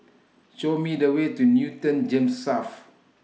Show Me The Way to Newton Gems South